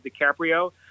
DiCaprio